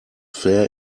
fair